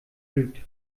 lügt